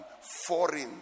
foreign